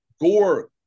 Gore